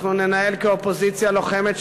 אנחנו ננהל כאופוזיציה לוחמת,